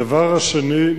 הדבר השני,